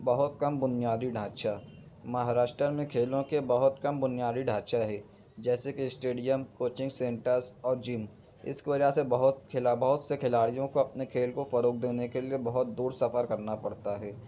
بہت کم بنیادی ڈھانچہ مہاراشٹر میں کھیلوں کے بہت کم بنیادی ڈھانچہ ہے جیسے کہ اسٹیڈیم کوچنگ سینٹرس اور جم اس کی وجہ سے بہت کھلا بہت سے کھلاڑیوں کو اپنے کھیل کو فروغ دینے کے لیے بہت دور سفر کرنا پڑتا ہے